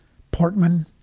portman,